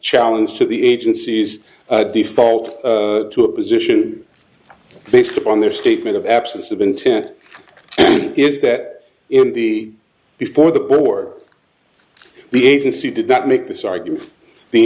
challenge to the agency's default to a position based upon their statement of absence of intent is that in the before the pour the agency did that make this argument the